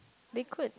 they could